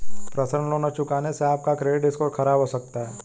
personal loan न चुकाने से आप का क्रेडिट स्कोर खराब हो सकता है